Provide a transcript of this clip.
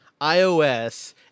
iOS